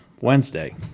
Wednesday